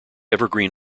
evergreen